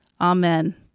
Amen